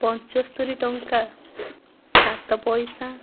ପଞ୍ଚସ୍ତରି ଟଙ୍କା ସାତପଇସା